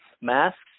masks